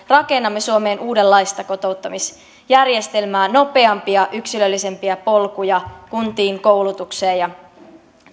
rakennamme suomeen uudenlaista kotouttamisjärjestelmää nopeampia yksilöllisempiä polkuja kuntiin koulutukseen ja